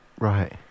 Right